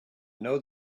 know